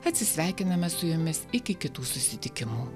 atsisveikiname su jumis iki kitų susitikimų